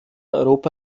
europa